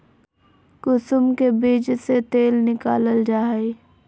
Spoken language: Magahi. कुसुम के बीज से तेल निकालल जा हइ